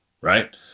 right